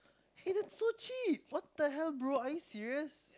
hey that's so cheap what the hell bro are you serious